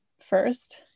first